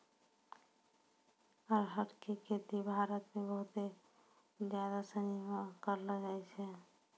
अरहर के खेती भारत मे बहुते राज्यसनी मे करलो जाय छै